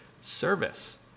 service